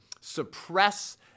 suppress